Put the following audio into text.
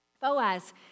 Boaz